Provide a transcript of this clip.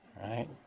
right